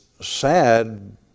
sad